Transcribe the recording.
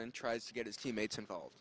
and tries to get his teammates involved